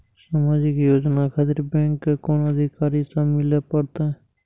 समाजिक योजना खातिर बैंक के कुन अधिकारी स मिले परतें?